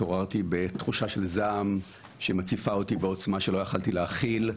התעוררתי בתחושה של זעם שמציפה אותי בעוצמה שלא יכולתי להכיל.